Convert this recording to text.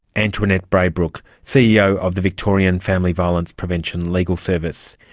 antoinette braybrook, ceo of the victorian family violence prevention legal service.